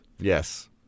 Yes